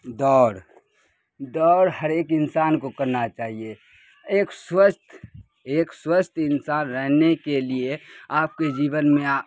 دوڑ دوڑ ہر ایک انسان کو کرنا چاہیے ایک سوستھ ایک سوستھ انسان رہنے کے لیے آپ کے جیون میں